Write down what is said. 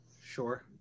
Sure